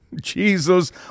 Jesus